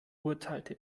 urteilte